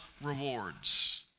rewards